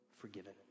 forgiven